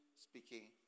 speaking